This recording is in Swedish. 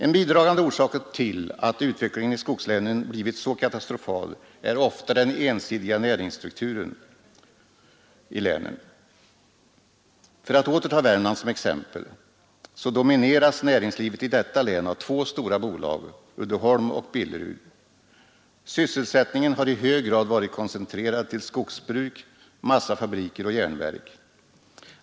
En bidragande orsak till att utvecklingen i skogslänen blivit så katastrofal är ofta den ensidiga strukturen på näringslivet. För att åter ta Värmland som exempel så domineras näringslivet i detta län av två stora bolag, Uddeholm och Billerud. Sysselsättningen har i hög grad varit koncentrerad till skogsbruk, massafabriker och järnverk.